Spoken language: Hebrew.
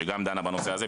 שגם דנה בנושא הזה,